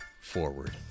forward